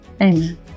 Amen